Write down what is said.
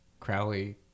Crowley